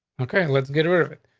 okay, let's get rid of it.